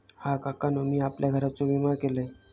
हा, काकानु मी आपल्या घराचो विमा केलंय